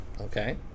Okay